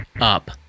up